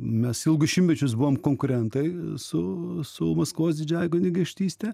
mes ilgus šimtmečius buvom konkurentai su su maskvos didžiąja kunigaikštyste